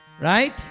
right